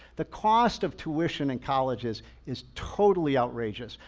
the cost of tuition in colleges is totally outrageous.